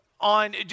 on